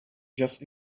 just